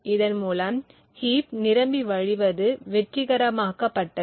இதன் மூலம் ஹீப் நிரம்பி வழிவது வெற்றிகரமாக்கபட்டது